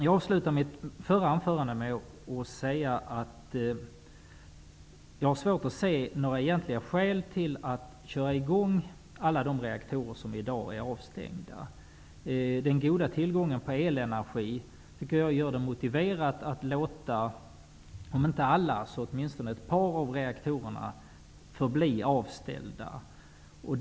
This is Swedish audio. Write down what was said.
Jag avslutade mitt förra anförande med att säga att jag har svårt att se några egentliga skäl till att köra i gång alla de reaktorer som i dag är avställda. Den goda tillgången på elenergi tycker jag gör det motiverat att låta om inte alla så åtminstone ett par av reaktorerna förbli avställda.